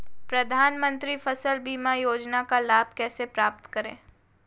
प्रधानमंत्री फसल बीमा योजना का लाभ कैसे प्राप्त करें?